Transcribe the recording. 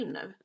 nu